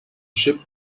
ship